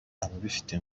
ababifite